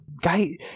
guy